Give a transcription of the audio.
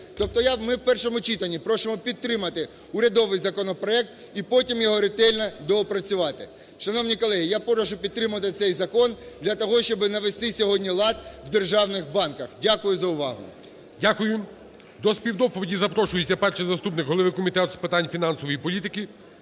Тобто ми в першому читанні просимо підтримати урядовий законопроект і потім його ретельно доопрацювати. Шановні колеги, я прошу підтримати цей закон для того, щоб навести сьогодні лад в державних банках. Дякую за увагу. ГОЛОВУЮЧИЙ. Дякую. До співдоповіді запрошується перший заступник голови Комітету з питань фінансової політики